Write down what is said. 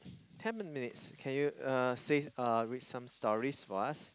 ten minutes can you uh say uh read some stories for us